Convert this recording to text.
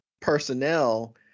personnel